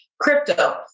crypto